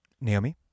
Naomi